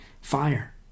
Fire